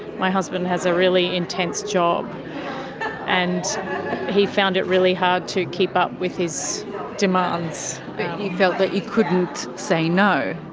my husband has a really intense job and he found it really hard to keep up with his demands. but you felt that you couldn't say no.